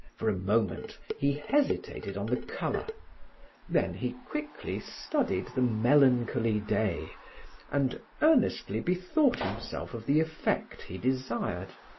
for a moment he hesitated on the color then he quickly studied the melancholy day and earnestly bethought himself of the effect he desired.